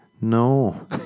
No